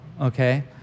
Okay